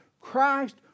Christ